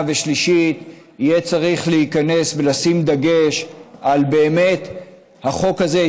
ושלישית יהיה צריך להיכנס ולשים דגש באמת על החוק הזה,